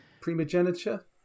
primogeniture